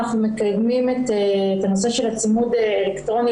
אנחנו מקיימים את הנושא של צימוד אלקטרוני